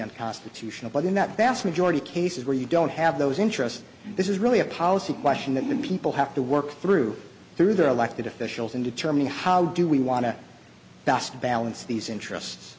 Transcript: unconstitutional but in that vast majority of cases where you don't have those interests this is really a policy question that many people have to work through through their elected officials in determining how do we want to best balance these interests